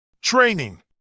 training